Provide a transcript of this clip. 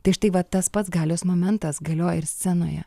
tai štai va tas pats galios momentas galioja ir scenoje